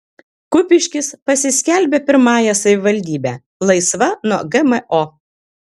kupiškis pasiskelbė pirmąją savivaldybe laisva nuo gmo